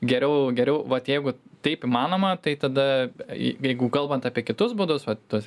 geriau geriau vat jeigu taip įmanoma tai tada jei jeigu kalbant apie kitus būdus vat tuos